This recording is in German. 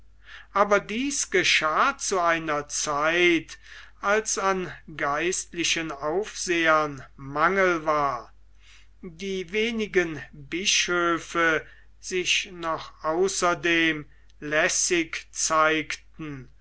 aber dies geschah zu einer zeit als an geistlichen aufsehern mangel war die wenigen bischöfe sich noch außerdem lässig zeigten